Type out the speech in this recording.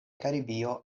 karibio